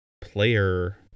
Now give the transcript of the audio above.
player